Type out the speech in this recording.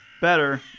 Better